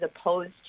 opposed